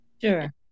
Sure